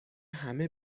همه